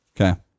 Okay